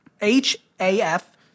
H-A-F